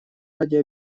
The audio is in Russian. ради